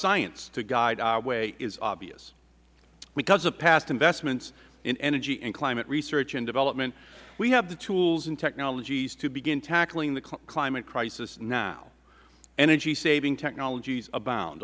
science to guide our way is obvious because of past investments in energy and climate research and development we have the tools and technologies to begin tackling the climate crisis now energy saving technologies abound